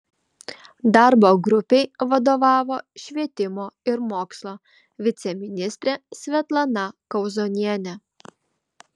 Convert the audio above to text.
darbo grupei vadovavo švietimo ir mokslo viceministrė svetlana kauzonienė